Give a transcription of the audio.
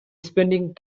spending